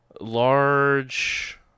large